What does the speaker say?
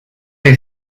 les